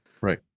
right